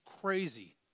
crazy